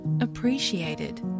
appreciated